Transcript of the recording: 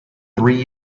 three